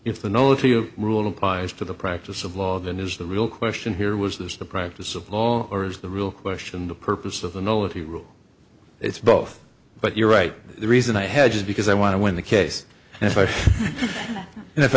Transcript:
if the no to you rule applies to the practice of law then is the real question here was this the practice of law or is the real question the purpose of the military rule it's both but you're right the reason i had just because i want to win the case and if